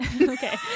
okay